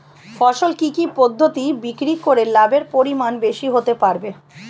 ফসল কি কি পদ্ধতি বিক্রি করে লাভের পরিমাণ বেশি হতে পারবে?